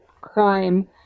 crime